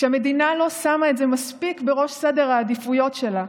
כשהמדינה לא שמה את זה מספיק בראש סדר העדיפויות שלה,